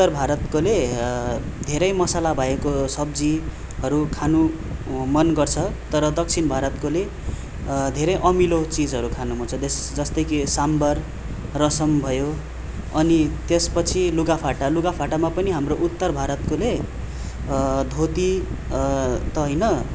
उत्तर भारतकोले धेरै मसला भएको सब्जीहरू खानु मन गर्छ तर दक्षिण भारतकोले धेरै अमिलो चिजहरू खानु मन गर्छ जस् जस्तै कि साम्बार रसम भयो अनि त्यसपछि लुगा फाटा लुगा फाटामा पनि हाम्रो उत्तर भारतकोले धोती त हैन